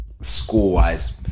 school-wise